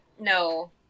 No